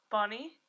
Bonnie